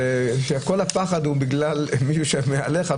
שהפחד הוא בגלל מישהו שמעליך,